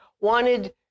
wanted